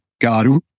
God